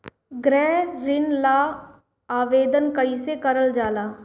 गृह ऋण ला आवेदन कईसे करल जाला?